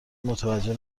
متوجه